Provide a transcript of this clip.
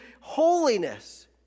holiness